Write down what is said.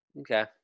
Okay